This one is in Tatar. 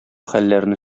хәлләрне